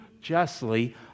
justly